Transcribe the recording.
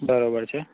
બરાબર છે